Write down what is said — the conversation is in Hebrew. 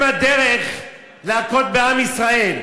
הם הדרך להכות בעם ישראל.